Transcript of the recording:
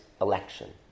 election